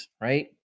right